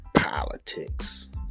politics